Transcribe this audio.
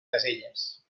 caselles